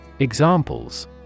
Examples